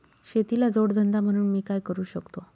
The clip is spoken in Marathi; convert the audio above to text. शेतीला जोड धंदा म्हणून मी काय करु शकतो?